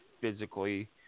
physically